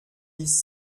dix